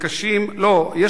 שמתקשים, לא, לא.